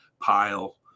pile